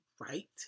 right